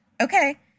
Okay